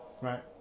Right